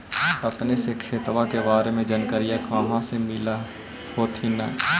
अपने के खेतबा के बारे मे जनकरीया कही से मिल होथिं न?